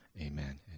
Amen